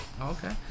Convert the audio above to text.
Okay